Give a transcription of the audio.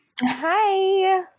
Hi